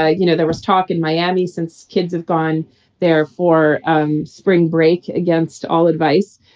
ah you know, there was talk in miami since kids have gone there for um spring break, against all advice.